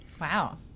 Wow